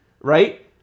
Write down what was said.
right